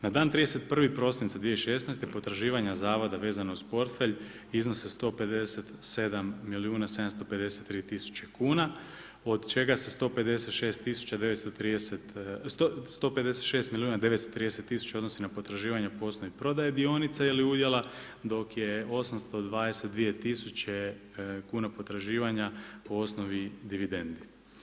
Na dan 31. prosinca potraživanja zavoda vezano uz portfelj iznose 157 milijuna 753 tisuće kuna od čega se 156 milijuna 930 tisuća odnosi na potraživanje po osnovi prodaje dionica ili udjela dok je 822 tisuće kuna potraživanja po osnovi dividendi.